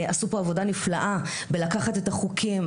עשו פה עבודה נפלאה בלקחת את החוקים,